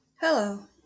hello